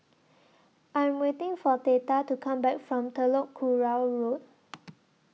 I Am waiting For Theta to Come Back from Telok Kurau Road